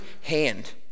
hand